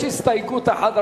יש הסתייגות אחת,